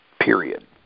Period